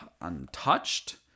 untouched